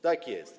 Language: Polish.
Tak jest.